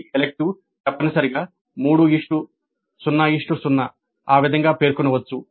ప్రతి ఎలిక్టివ్ తప్పనిసరిగా 3 0 0 ఆ విధంగా పేర్కొనవచ్చు